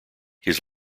his